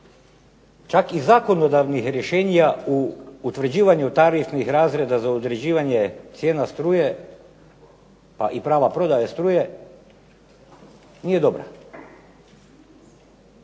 čak i zakonodavnih rješenja u utvrđivanju tarifnih razreda za određivanje cijena struje pa i prava prodaje struje nije dobra.